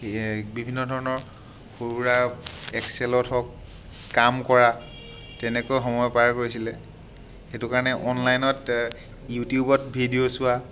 বিভিন্ন ধৰণৰ সৰুসুৰা এক্সেলত হওক কাম কৰা তেনেকুৱা সময় পাৰ কৰিছিলে সেইটো কাৰণে অনলাইনত ইউটিউবত ভিডিঅ' চোৱা